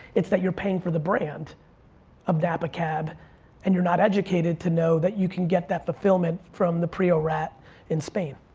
it's that you're paying for the brand of napa cab and you're not educated to know that you can get that fulfillment from the priorat in spain.